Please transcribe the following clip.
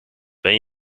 ben